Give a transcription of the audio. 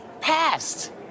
passed